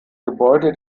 gebäude